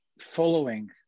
Following